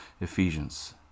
Ephesians